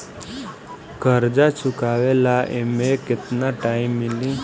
कर्जा चुकावे ला एमे केतना टाइम मिली?